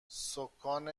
سـکان